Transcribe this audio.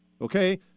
okay